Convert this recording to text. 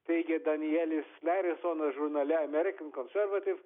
teigia danielis lerisonas žurnale american conservative